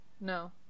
no